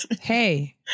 Hey